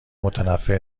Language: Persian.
متنفر